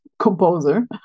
composer